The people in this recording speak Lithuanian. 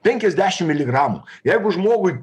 penkiasdešim miligramų jeigu žmogui